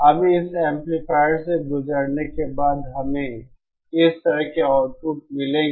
अब इस एम्पलीफायर से गुजरने के बाद हमें इस तरह के आउटपुट मिलेंगे